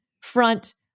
front